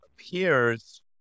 appears